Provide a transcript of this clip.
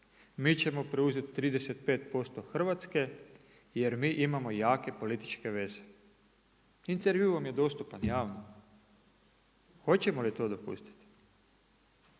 mi ćemo preuzeti 35% Hrvatske jer mi imamo jake političke veze? Intervju vam je dostupan javno. Hoćemo li to dopustiti?